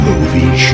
Movie